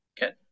Good